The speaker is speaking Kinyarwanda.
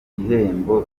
gihembo